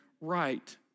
right